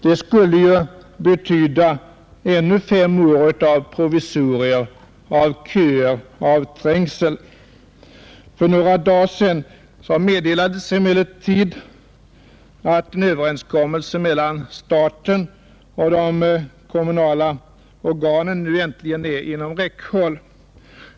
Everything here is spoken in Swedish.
Det skulle ju betyda ännu fem år av provisorier av köer, av trängsel. För några dagar sedan meddelades att en överenskommelse mellan staten och de kommunala organen nu äntligen är inom räckhåll.